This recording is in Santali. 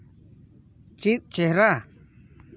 ᱪᱮᱫ ᱪᱮᱦᱨᱟ